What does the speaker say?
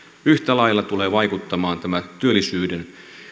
yhtä lailla tulee vaikuttamaan työllisyyden